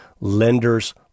lender's